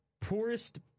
poorest